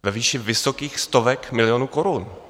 Ve výši vysokých stovek milionů korun.